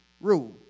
rule